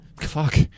Fuck